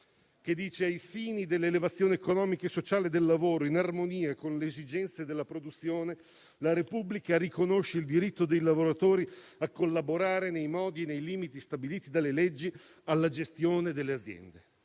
recita che «Ai fini della elevazione economica e sociale del lavoro e in armonia con le esigenze della produzione, la Repubblica riconosce il diritto dei lavoratori a collaborare, nei modi e nei limiti stabiliti dalle leggi, alla gestione delle aziende».